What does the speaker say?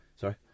Sorry